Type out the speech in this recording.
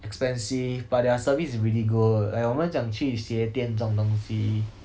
expensive but their service is really good like 我们讲去鞋店这种东西